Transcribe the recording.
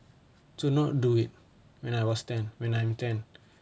to not do it when I was ten when I am ten